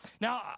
Now